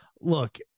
Look